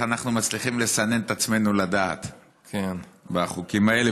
אנחנו מצליחים לסנן את עצמנו לדעת בחוקים האלה,